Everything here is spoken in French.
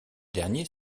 dernier